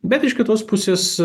bet iš kitos pusės